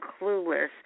clueless